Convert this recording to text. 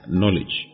knowledge